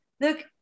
look